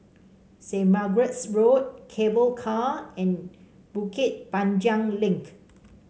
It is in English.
Saint Margaret's Road Cable Car and Bukit Panjang Link